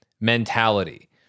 mentality